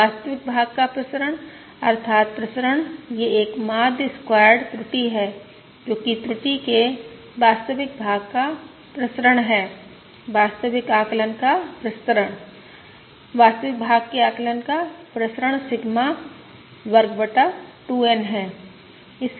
तो वास्तविक भाग का प्रसरण अर्थात प्रसरण यह एक माध्य स्कवायर्ङ त्रुटि है जो कि त्रुटि के वास्तविक भाग का प्रसरण है वास्तविक आकलन का प्रसरण वास्तविक भाग के आकलन का प्रसरण सिग्मा वर्ग बटा 2N है